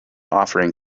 offering